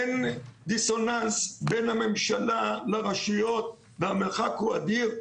אין דיסוננס בין הממשלה לרשיות והמרחק הוא אדיר.